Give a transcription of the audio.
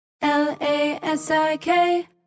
L-A-S-I-K